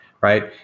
right